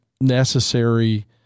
necessary